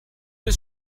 bis